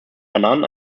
bananen